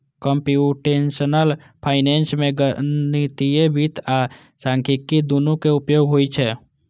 computational finance मे गणितीय वित्त आ सांख्यिकी, दुनू के उपयोग होइ छै